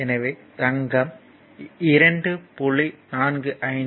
எனவே தங்கம் 2